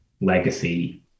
legacy